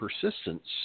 persistence